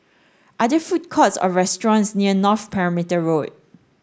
are there food courts or restaurants near North Perimeter Road